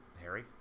Harry